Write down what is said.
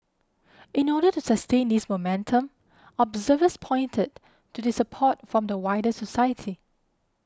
in order to sustain this momentum observers pointed to the support from the wider society